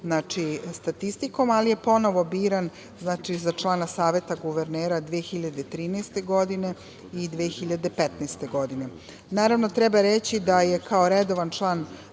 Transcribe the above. statistikom, ali je ponovo biran za člana Saveta guvernera 2013. godine i 2015. godine. Treba reći da je kao redovan član